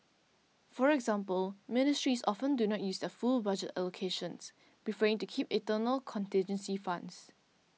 for example ministries often do not use their full budget allocations preferring to keep internal contingency funds